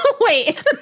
Wait